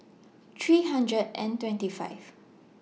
three hundred and twenty five